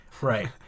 Right